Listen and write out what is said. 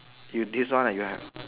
you this one you have ah